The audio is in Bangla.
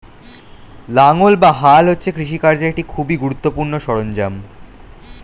লাঙ্গল বা হাল হচ্ছে কৃষিকার্যের একটি খুবই গুরুত্বপূর্ণ সরঞ্জাম